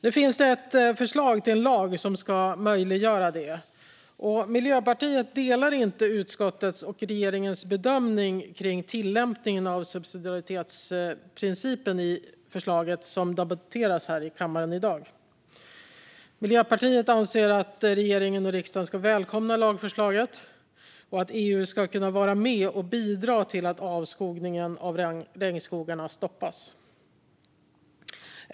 Nu finns ett förslag till en lag som ska möjliggöra detta. Miljöpartiet delar inte utskottets och regeringens bedömning om tillämpningen av subsidiaritetsprincipen i det förslag som debatteras här i kammaren i dag. Miljöpartiet anser att regeringen och riksdagen ska välkomna lagförslaget och att EU ska kunna vara med och bidra till att avskogningen av regnskogar stoppas.